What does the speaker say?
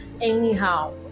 anyhow